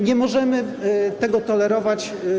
Nie możemy tego tolerować.